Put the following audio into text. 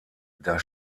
das